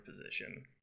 position